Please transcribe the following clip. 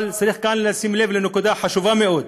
אבל צריך כאן לשים לב לנקודה חשובה מאוד: